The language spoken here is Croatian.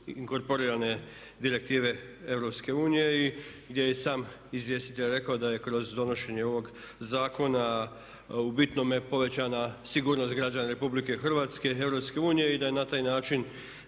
inkorporirane direktive EU i gdje je i sam izvjestitelj rekao da je kroz donošenje ovog zakona u bitnome povećana sigurnost građana Republike Hrvatske i EU i da na taj način